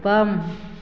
बाम